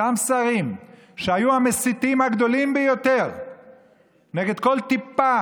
אותם שרים שהיו המסיתים הגדולים ביותר נגד כל טיפה